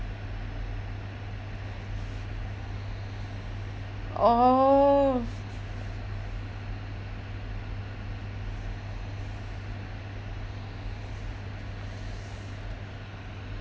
oh